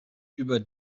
über